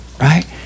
Right